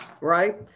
right